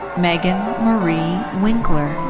megan marie winkler.